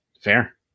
Fair